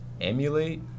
emulate